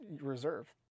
Reserve